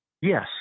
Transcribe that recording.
Yes